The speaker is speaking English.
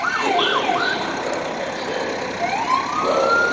hitched at his sword-belt and said well,